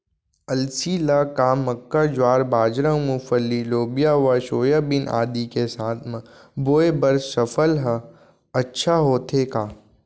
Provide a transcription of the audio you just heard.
अलसी ल का मक्का, ज्वार, बाजरा, मूंगफली, लोबिया व सोयाबीन आदि के साथ म बोये बर सफल ह अच्छा होथे का?